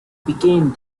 became